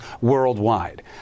worldwide